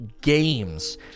games